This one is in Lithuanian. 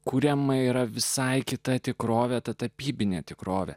kuriam yra visai kita tikrovė ta tapybinė tikrovė